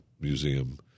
museum